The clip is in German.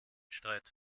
streit